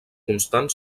constant